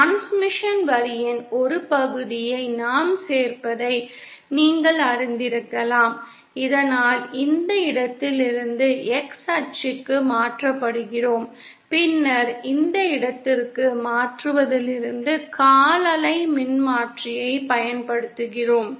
transmission வரியின் ஒரு பகுதியை நாம் சேர்ப்பதை நீங்கள் அறிந்திருக்கலாம் இதனால் இந்த இடத்திலிருந்து X அச்சுக்கு மாற்றப்படுகிறோம் பின்னர் இந்த இடத்திற்கு மாற்றுவதிலிருந்து கால் அலை மின்மாற்றியைப் பயன்படுத்துகிறோம்